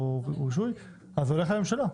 הולך לממשלה.